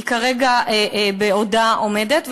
היא כרגע בעינה עומדת.